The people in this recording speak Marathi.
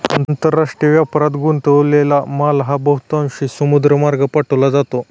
आंतरराष्ट्रीय व्यापारात गुंतलेला माल हा बहुतांशी समुद्रमार्गे पाठवला जातो